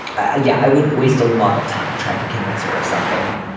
ah yeah i wouldn't waste a lot of time trying to convince her of something.